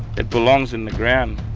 it belongs in the ground.